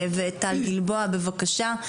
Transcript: טל גלבוע, בבקשה.